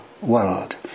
world